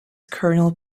kernel